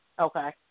Okay